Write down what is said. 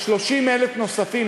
30,000 הנוספים,